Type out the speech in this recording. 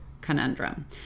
conundrum